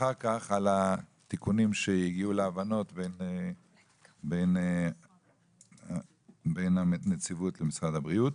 ואחר כך על התיקונים שהגיעו להבנות בין הנציבות למשרד הבריאות.